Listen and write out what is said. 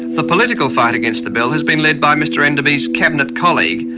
the political fight against the bill has been led by mr enderby's cabinet colleague,